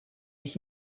ich